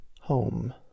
home